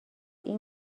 این